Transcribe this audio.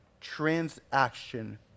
transaction